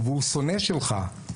והוא שונא שלך,